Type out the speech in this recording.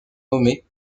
nommé